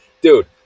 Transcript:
Dude